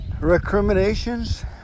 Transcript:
Recriminations